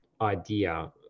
idea